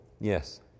Yes